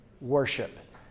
worship